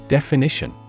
Definition